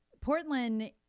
Portland